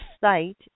site